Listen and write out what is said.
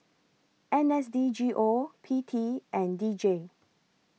N S D G O P T and D J